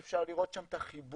אם אפשר לראות שם את החיבור